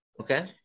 Okay